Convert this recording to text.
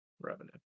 revenue